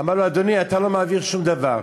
אמר לו: אדוני, אתה לא מעביר שום דבר.